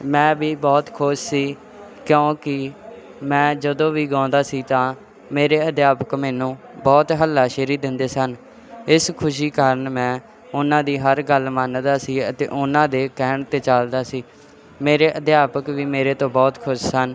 ਮੈਂ ਵੀ ਬਹੁਤ ਖੁਸ਼ ਸੀ ਕਿਉਂਕਿ ਮੈਂ ਜਦੋਂ ਵੀ ਗਾਉਂਦਾ ਸੀ ਤਾਂ ਮੇਰੇ ਅਧਿਆਪਕ ਮੈਨੂੰ ਬਹੁਤ ਹੱਲਾਸ਼ੇਰੀ ਦਿੰਦੇ ਸਨ ਇਸ ਖੁਸ਼ੀ ਕਾਰਨ ਮੈਂ ਉਹਨਾਂ ਦੀ ਹਰ ਗੱਲ ਮੰਨਦਾ ਸੀ ਅਤੇ ਉਹਨਾਂ ਦੇ ਕਹਿਣ 'ਤੇ ਚੱਲਦਾ ਸੀ ਮੇਰੇ ਅਧਿਆਪਕ ਵੀ ਮੇਰੇ ਤੋਂ ਬਹੁਤ ਖੁਸ਼ ਸਨ